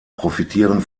profitieren